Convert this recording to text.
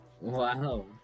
Wow